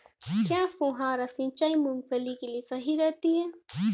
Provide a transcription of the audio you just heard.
क्या फुहारा सिंचाई मूंगफली के लिए सही रहती है?